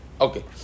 Okay